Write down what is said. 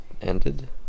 ended